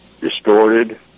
distorted